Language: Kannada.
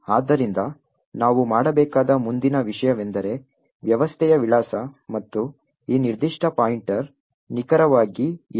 ಆದ್ದರಿಂದ ನಾವು ಮಾಡಬೇಕಾದ ಮುಂದಿನ ವಿಷಯವೆಂದರೆ ವ್ಯವಸ್ಥೆಯ ವಿಳಾಸ ಮತ್ತು ಈ ನಿರ್ದಿಷ್ಟ ಪಾಯಿಂಟರ್ ನಿಖರವಾಗಿ ಏನು